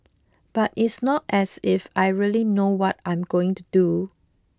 but it's not as if I really know what I'm going to do